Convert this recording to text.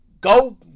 go